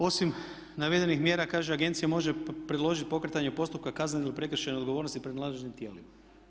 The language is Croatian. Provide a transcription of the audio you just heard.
Osim navedenih mjera kaže agencija može predložiti pokretanje postupaka kaznene ili prekršajne odgovornosti pred nadležnim tijelima.